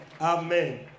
Amen